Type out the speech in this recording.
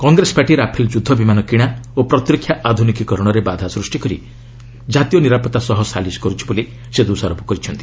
Congress party Rafale ଯୁଦ୍ଧ ବିମାନ କିଣା ଓ ପ୍ରତିରକ୍ଷା ଆଧୁନିକୀକରଣରେ ବାଧା ସୃଷ୍ଟି କରି ଜାତୀୟ ନିରାପତ୍ତା ସହ ସାଲିସ୍ କରୁଛି ବୋଲି ସେ ଦୋଷାରୋପ କରୁଛନ୍ତି